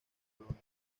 polonia